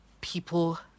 people